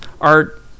Art